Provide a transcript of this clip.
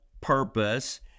purpose